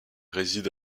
réside